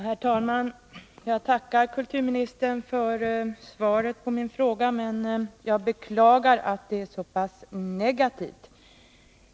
Herr talman! Jag tackar kulturministern för svaret på min fråga, men jag beklagar att det är så negativt.